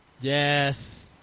Yes